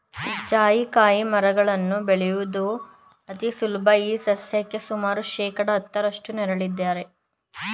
ಜಾಯಿಕಾಯಿ ಮರಗಳನ್ನು ಬೆಳೆಯುವುದು ಅತಿ ಸುಲಭ ಈ ಸಸ್ಯಕ್ಕೆ ಸುಮಾರು ಶೇಕಡಾ ಹತ್ತರಷ್ಟು ನೆರಳಿದ್ದರೆ ಉತ್ತಮ